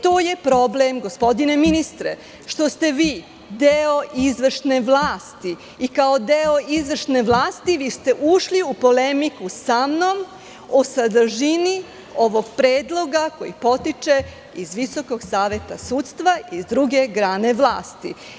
To je problem, gospodine ministre, što ste vi deo izvršne vlasti i kao deo izvršne vlasti vi ste ušli u polemiku samnom o sadržini ovog predloga koji potiče iz Visokog saveta sudstva iz druge grane vlasti.